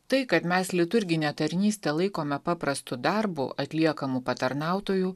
tai kad mes liturginę tarnystę laikome paprastu darbu atliekamu patarnautojų